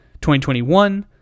2021